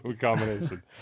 combination